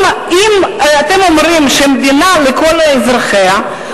אם אתם אומרים: מדינה לכל אזרחיה,